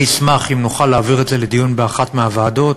אני אשמח אם נוכל להעביר את זה לדיון באחת מהוועדות,